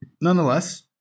Nonetheless